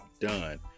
done